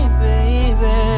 baby